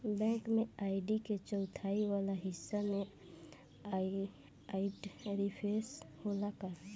Bank में ID के चौथाई वाला हिस्सा में आइडेंटिफैएर होला का?